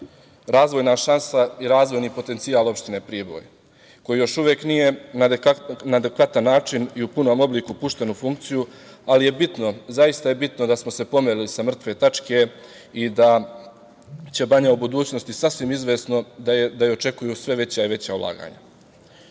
razvojna šansa i razvojni potencijal opštine Priboj, koji još uvek nije na adekvatan način i u punom obliku pušten u funkciju, ali je bitno da smo se pomerili sa mrtve tačke i da banju u budućnosti sasvim izvesno očekuju sve veća i veća ulaganja. Tačno